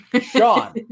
Sean